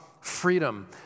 freedom